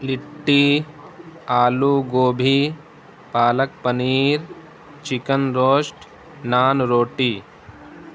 لٹی aloo gobhi palak paneer chicken roast naan روٹی